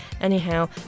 Anyhow